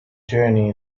journey